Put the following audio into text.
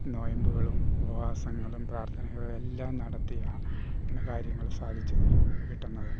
നൊയമ്പുകളും ഉപവാസങ്ങളും പ്രാർത്ഥനകളും എല്ലാം നടത്തി ആണ് കാര്യങ്ങൾ സാധിച്ചത് കിട്ടുന്നത്